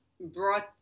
brought